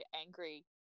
angry